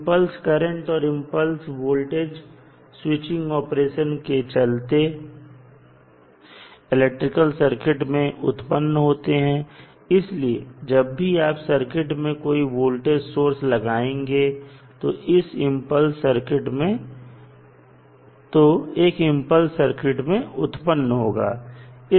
impulse current और impulse voltage switching operation के चलते इलेक्ट्रिकल सर्किट में उत्पन्न होते हैं इसलिए जब भी आप सर्किट में कोई वोल्टेज सोर्स लगाएंगे तो एक इंपल्स सर्किट में उत्पन्न होगा